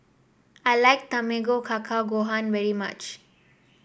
I like Tamago Kake Gohan very much